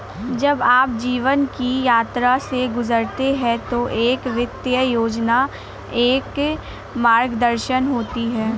जब आप जीवन की यात्रा से गुजरते हैं तो एक वित्तीय योजना एक मार्गदर्शन होती है